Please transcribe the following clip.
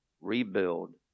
rebuild